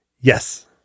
Yes